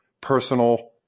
personal